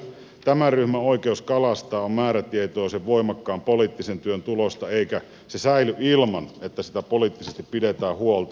tämän ryhmän oikeus kalastaa on määrätietoisen voimakkaan poliittisen työn tulosta eikä se säily ilman että siitä poliittisesti pidetään huolta